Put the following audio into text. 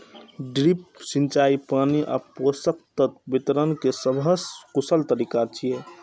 drip सिंचाई पानि आ पोषक तत्व वितरण के सबसं कुशल तरीका छियै